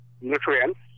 nutrients